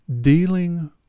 Dealing